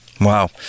Wow